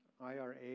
IRA